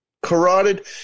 Carotid